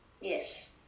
Yes